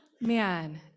Man